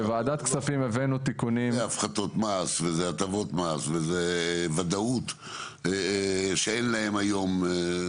אם זה הפחתות מס והטבות מס וזה ודאות שאין להם היום.